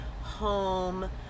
home